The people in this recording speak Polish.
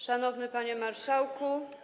Szanowny Panie Marszałku!